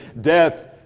death